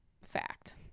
fact